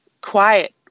quiet